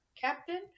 captain